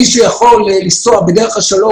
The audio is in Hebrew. מי שיכול לנסוע בדרך השלום,